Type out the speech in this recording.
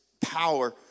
power